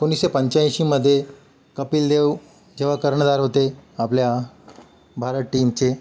एकोणीसशे पंच्याऐंशीमध्ये कपिल देव जेव्हा कर्णधार होते आपल्या भारत टीमचे